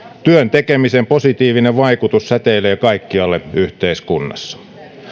työn tekemisen positiivinen vaikutus säteilee kaikkialle yhteiskunnassa